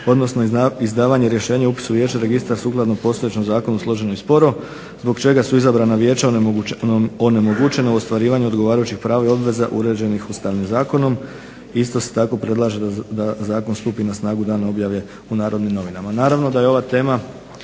odnosno izdavanje rješenja o upisu vijeća u registar sukladno postojećem Zakonu složeno i sporo zbog čega su izabrana vijeća onemogućena u ostvarivanju odgovarajućih prava i obveza uređenih Ustavnim zakonom isto tako se predlaže da Zakon stupi na snagu danom objave u Narodnim novinama.